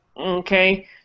Okay